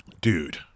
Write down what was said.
Dude